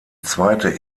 zweite